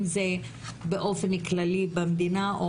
אם זה באופן כללי במדינה,